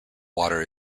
water